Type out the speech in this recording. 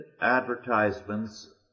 advertisements